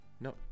no